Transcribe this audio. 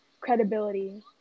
credibility